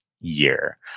year